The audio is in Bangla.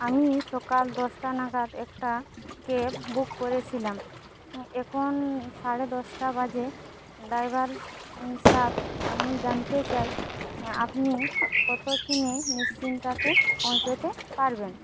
আমি সকাল দশটা নাগাদ একটা ক্যাব বুক করেছিলাম এখন সাড়ে দশটা বাজে ড্রাইভার সাব আমি জানতে চাই আপনি কতক্ষণে নিশ্চিন্তাতে পৌঁছাতে পারবেন